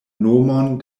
nomon